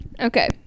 Okay